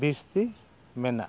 ᱵᱤᱥᱛᱤ ᱢᱮᱱᱟᱜᱼᱟ